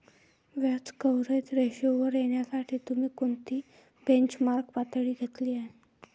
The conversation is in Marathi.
व्याज कव्हरेज रेशोवर येण्यासाठी तुम्ही कोणती बेंचमार्क पातळी घेतली आहे?